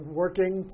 working